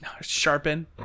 Sharpen